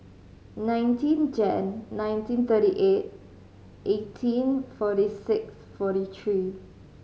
nineteen Jan nineteen thirty eight eighteen forty six forty three